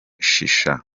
shisha